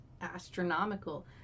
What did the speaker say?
astronomical